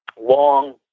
long